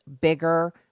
bigger